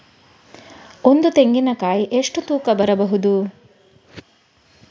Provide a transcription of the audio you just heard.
ಒಂದು ತೆಂಗಿನ ಕಾಯಿ ಎಷ್ಟು ತೂಕ ಬರಬಹುದು?